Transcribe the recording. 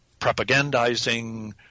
propagandizing